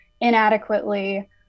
inadequately